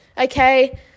Okay